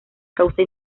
causa